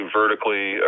vertically